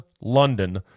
London